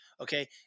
okay